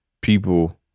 people